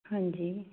ਹਾਂਜੀ